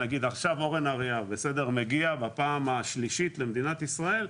נגיד אורן אריאב מגיע בפעם השלישית למדינת ישראל,